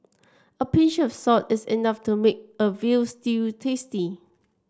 a pinch of salt is enough to make a veal stew tasty